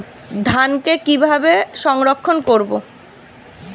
ধানকে কিভাবে সংরক্ষণ করব?